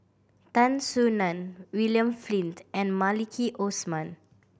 Tan Soo Nan William Flint and Maliki Osman